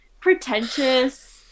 pretentious